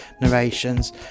narrations